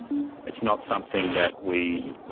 it's not something that we,